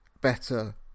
better